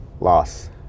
Loss